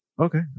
Okay